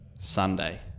Sunday